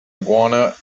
iguana